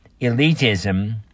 elitism